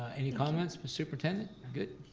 any comments, but superintendent, good?